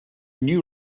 new